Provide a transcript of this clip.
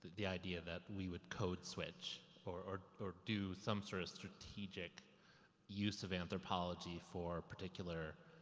the idea that we would code switch, or, or do, some sort of strategic use of anthropology for particular,